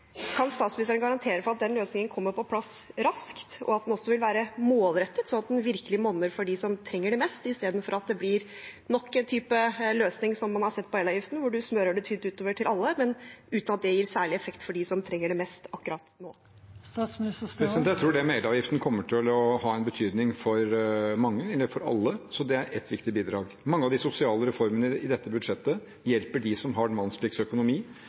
kan statsministeren garantere for at den løsningen kommer på plass raskt, og at den vil være målrettet, sånn at den virkelig monner for dem som trenger det mest – istedenfor at det blir nok en type løsning som den man har sett for elavgiften, hvor man smører det tynt utover til alle, men uten at det gir særlig effekt for dem som trenger det mest akkurat nå. Jeg tror det med elavgiften kommer til å ha en betydning for alle, så det er ett viktig bidrag. Mange av de sosiale reformene i dette budsjettet hjelper dem som har vanskeligst økonomi.